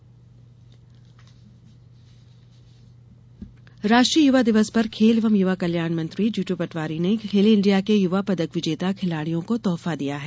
जीतू पटवारी राष्ट्रीय युवा दिवस पर खेल एवं युवा कल्याण मंत्री जीतू पटवारी ने खेला इंडिया के युवा पदक विजेता खिलाड़ियों को तोहफा दिया है